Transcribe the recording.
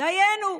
דיינו,